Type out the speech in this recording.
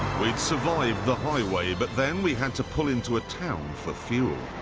we'd survived the highway, but then we had to pull into a town for fuel.